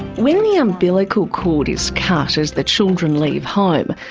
when the umbilical cord is cut as the children leave home,